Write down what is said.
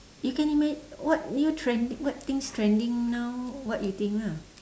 you can imagine what new trend what things trending now what you think lah